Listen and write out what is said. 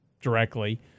directly